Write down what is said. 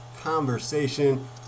conversation